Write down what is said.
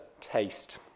taste